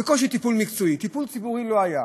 בקושי טיפול מקצועי, וטיפול ציבורי לא היה.